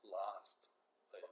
last